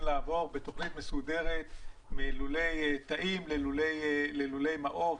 לעבור בתוכנית מסודרת מלולי תאים ללולי מעוף.